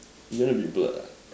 you wanna be blur lah